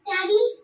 Daddy